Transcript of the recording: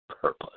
purpose